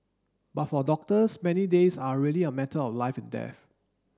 but for doctors many days are really a matter of life and death